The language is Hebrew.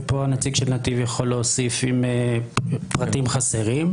ופה הנציג של נתיב יכול להוסיף אם פרטים חסרים,